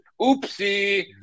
oopsie